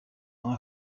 ans